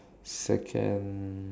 second